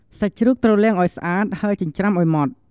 សាច់ជ្រូកត្រូវលាងឲ្យស្អាត ហើយចិញ្ច្រាំឲ្យម៉ត់។